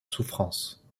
souffrance